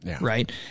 right